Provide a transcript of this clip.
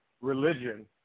religion